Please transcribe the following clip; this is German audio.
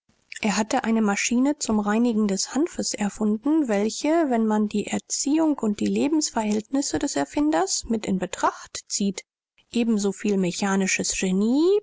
er hatte eine maschine erfunden den hanf zu reinigen welche wenn man die erziehung und verhältnisse des erfinders berücksichtigte eben so viel mechanisches genie